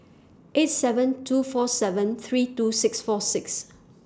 eight seven two four seven three two six four six